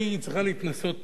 צריכה להתנסות